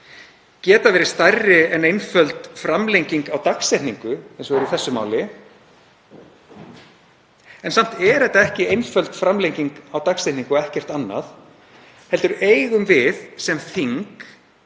geta verið stærri en einföld framlenging á dagsetningu eins og er í þessu máli. En samt er þetta ekki einföld framlenging á dagsetningu og ekkert annað, heldur eigum við sem þing